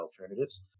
alternatives